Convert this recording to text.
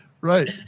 Right